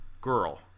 girl